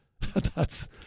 thats